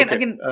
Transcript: Again